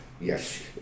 yes